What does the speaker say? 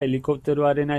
helikopteroarena